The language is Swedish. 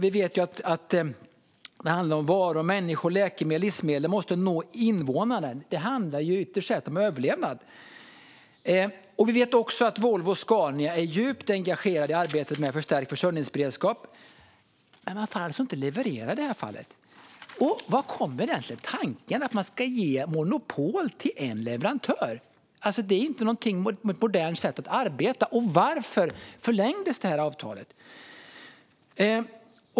Vi vet vidare att varor, läkemedel och livsmedel måste nå invånarna. Ytterst sett handlar det om överlevnad. Volvo och Scania är djupt engagerade i arbetet med förstärkt försörjningsberedskap, men de får alltså inte leverera i det här fallet. Varifrån kommer egentligen tanken att ge monopol till en leverantör? Det är ju inte ett modernt sätt att arbeta på. Varför förlängdes avtalet?